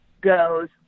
goes